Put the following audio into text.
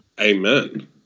amen